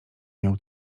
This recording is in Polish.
miał